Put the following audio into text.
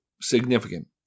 significant